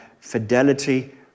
fidelity